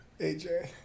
AJ